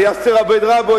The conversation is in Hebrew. ליאסר עבד-רבו,